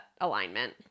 alignment